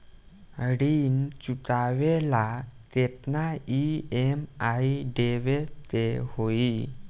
ऋण चुकावेला केतना ई.एम.आई देवेके होई?